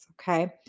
Okay